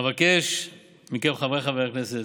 אבקש מכם, חבריי חברי הכנסת,